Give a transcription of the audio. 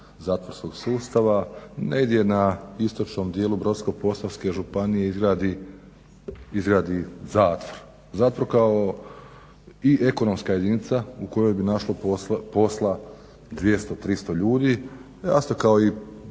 zatvorskog sustava negdje na istočnom dijelu Brodsko-posavske županije izgradi zatvor. Zatvor kao i ekonomska jedinica u kojoj bi našlo posla 200, 300 ljudi, jasno kao u